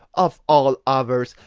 of all others,